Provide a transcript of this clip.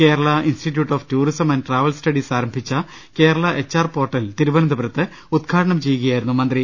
Kerala institute of tourism and travel studies ആരംഭിച്ച Kerala H R portal തിരുവനന്തപുരത്ത് ഉദ്ഘാ ടനം ചെയ്യുകയായിരുന്നു അദ്ദേഹം